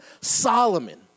Solomon